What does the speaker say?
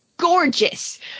gorgeous